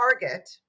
target